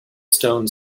stone